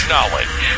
Knowledge